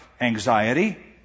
anxiety